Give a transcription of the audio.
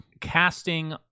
casting